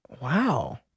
Wow